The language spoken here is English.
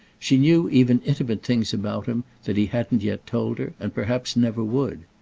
she knew even intimate things about him that he hadn't yet told her and perhaps never would.